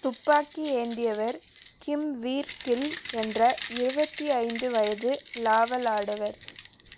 துப்பாக்கி ஏந்தியவர் Kimveer Gill என்ற இருபத்தி ஐந்து வயது லாவல் ஆடவர்